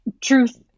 Truth